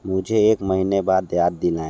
मुझे एक महीने बाद याद दिलाएँ